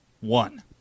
One